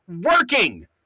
working